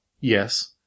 Yes